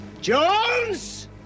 Jones